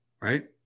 Right